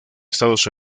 estados